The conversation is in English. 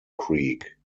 creek